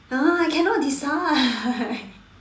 uh I cannot decide